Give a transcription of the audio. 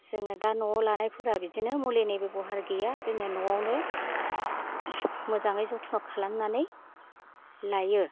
जोङो दा न'आव लानायफोरा बिदिनो मुलिनि बेब'हार गैया जोङो न'आवनो मोजाङै जथ्न खालायनानै लायो